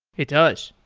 it does.